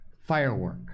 firework